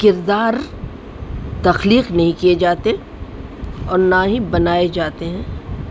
کردار تخلیق نہیں کیے جاتے اور نہ ہی بنائے جاتے ہیں